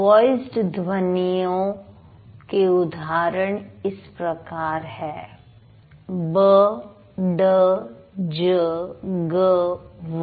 voiced ध्वनियों के उदाहरण इस प्रकार हैं ब ड ज ग व